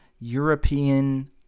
European